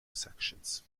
sections